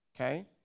okay